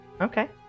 Okay